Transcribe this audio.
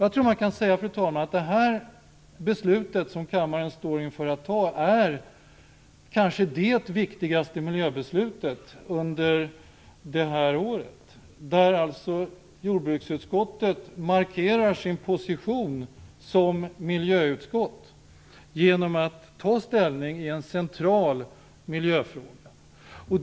Jag tror, fru talman, att man kan säga att det beslut som kammaren står inför att fatta kanske är det viktigaste miljöbeslutet under detta år. Jordbruksutskottet markerar här sin position som miljöutskott, genom att ta ställning i en central miljöfråga.